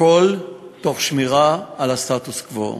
הכול תוך שמירה על הסטטוס-קוו.